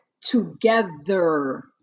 together